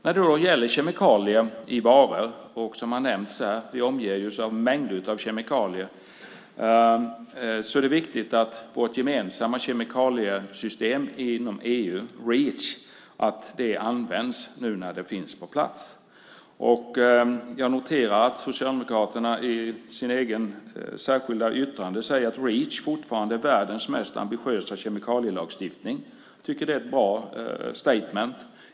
När det gäller kemikalier i varor - som har nämnts här omger vi oss av mängder av kemikalier - är det viktigt att vårt gemensamma kemikaliesystem inom EU, Reach, används nu när det finns på plats. Jag noterar att Socialdemokraterna i sitt särskilda yttrande säger att Reach fortfarande är världens mest ambitiösa kemikalielagstiftning. Jag tycker att det är ett bra statement.